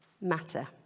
matter